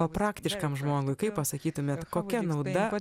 o praktiškam žmogui kaip pasakytumėt kokia nauda